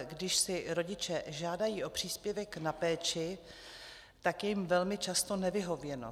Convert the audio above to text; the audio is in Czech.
Když si rodiče žádají o příspěvek na péči, tak je jim velmi často nevyhověno.